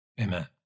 Amen